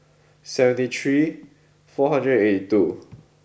seventy three four hundred and eighty two